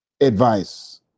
advice